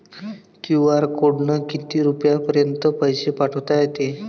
QR कोडनं किती रुपयापर्यंत पैसे पाठोता येते?